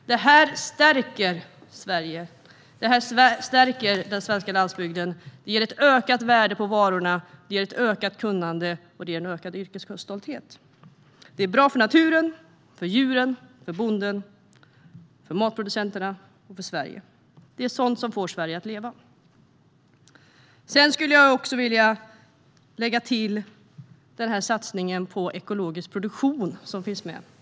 Det här stärker Sverige och den svenska landsbygden och ger ett ökat värde på varorna, ett ökat kunnande och en ökad yrkesstolthet. Det är bra för naturen, djuren, bönderna, matproducenterna och Sverige. Det är sådant som får Sverige att leva. Sedan skulle jag också vilja lägga till den satsning på ekologisk produktion som finns med.